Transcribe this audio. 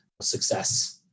success